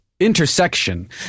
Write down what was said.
Intersection